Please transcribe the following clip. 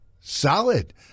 solid